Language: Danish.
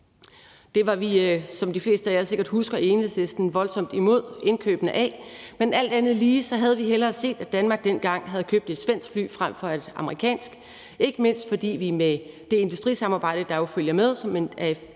Det var vi, som de fleste af jer sikkert husker, voldsomt imod indkøbene af i Enhedslisten, men alt andet lige havde vi hellere set, at Danmark dengang havde købt et svensk fly frem for et amerikansk, ikke mindst fordi vi med det industrisamarbejde, der jo følger med i